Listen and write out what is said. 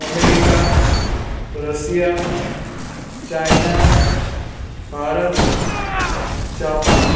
America Russia China Bharat Japan